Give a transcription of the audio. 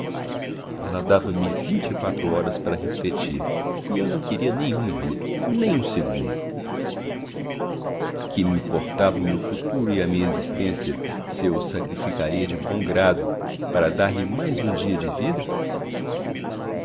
puro ela dava-me vinte e quatro horas para refletir e eu não queria nem um minuto nem um segundo que me importavam o meu futuro e a minha existência se eu os sacrificaria de bom grado para dar-lhe mais um dia de vida